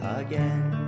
again